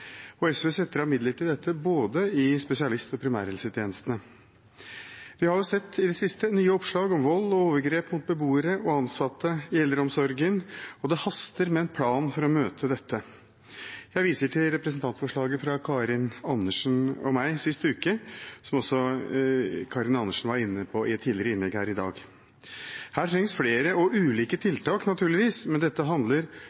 omsorgen. SV setter av midler til dette både i spesialisthelsetjenesten og i primærhelsetjenesten. I det siste har vi sett nye oppslag om vold og overgrep mot beboere og ansatte i eldreomsorgen, og det haster med en plan for å møte dette. Jeg viser til representantforslaget fra Karin Andersen og meg selv sist uke, noe også Karin Andersen var inne på i et innlegg tidligere her i dag. Her trengs flere og ulike tiltak naturligvis, men dette handler